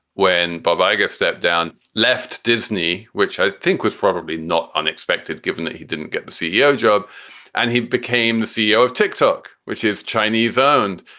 when bob iger stepped down, left disney, which i think was probably not unexpected given that he didn't get the ceo job and he became the ceo of tick-tock, which is chinese owned.